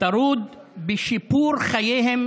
טרוד בשיפור חייהם